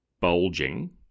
bulging